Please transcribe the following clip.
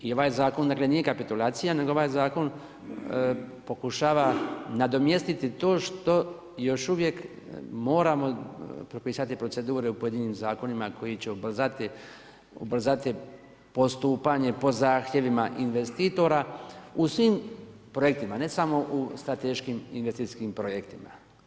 I ovaj zakon dakle nije kapitulacija nego ovaj zakon pokušava nadomjestiti to što još uvijek moramo propisati procedure u pojedinim zakonima koji će ubrzati postupanje po zakonima investitora u svim projektima ne samo u strateškim investicijskim projektima.